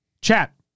Chat